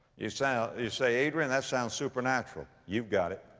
you sound, you say, adrian, that sounds supernatural. you've got it.